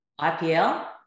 IPL